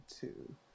two